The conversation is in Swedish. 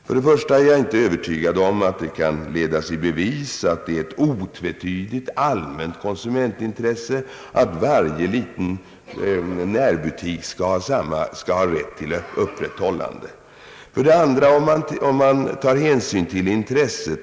För det första är jag inte övertygad om att det kan ledas i bevis att det är ett otvetydigt allmänt konsumentintresse att varje liten närbutik skall ha rätt till sådant öppethållande.